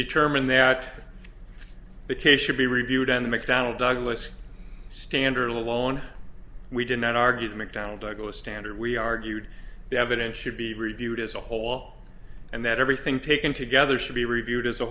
determine that the case should be reviewed and mcdonnell douglas standard alone we did not argue the mcdonnell douglas standard we argued the evidence should be reviewed as a whole and that everything taken together should be reviewed as a